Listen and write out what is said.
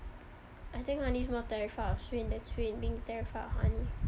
I think honey is more terrified of swain than swain being terrified of honey